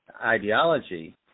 ideology